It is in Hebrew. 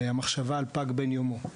המחשבה על פג בן יומו,